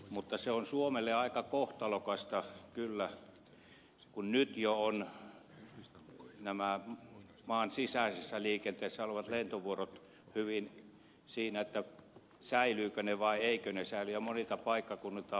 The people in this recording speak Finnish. mutta se on suomelle aika kohtalokasta kyllä kun nyt jo ovat nämä maan sisäisessä liikenteessä olevat lentovuorot hyvin siinä että säilyvätkö ne vai eivätkö ne säily ja monilta paikkakunnilta on lopetettu